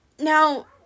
now